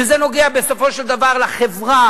שזה נוגע בסופו של דבר לחברה,